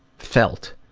felt.